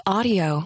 Audio